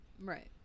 Right